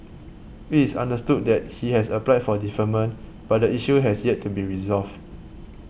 it is understood that he has applied for deferment but the issue has yet to be resolved